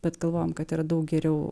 bet galvojam kad yra daug geriau